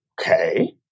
Okay